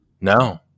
No